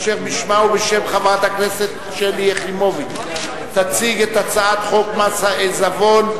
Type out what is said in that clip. אשר בשמה ובשם חברת הכנסת שלי יחימוביץ תציג את הצעת חוק מס עיזבון,